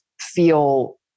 feel